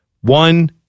One